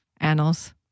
annals